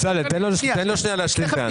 בצלאל, תן לו להשלים טענה.